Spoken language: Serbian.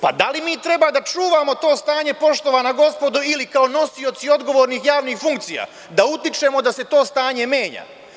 Pa, da li mi treba da čuvamo to stanje, poštovana gospodo ili kao nosioci odgovornih javnih funkcija, da utičemo da se to stanje menja?